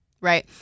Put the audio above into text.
right